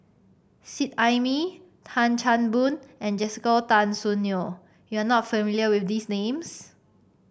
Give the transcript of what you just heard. Seet Ai Mee Tan Chan Boon and Jessica Tan Soon Neo you are not familiar with these names